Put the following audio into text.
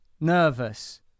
nervous